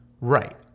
Right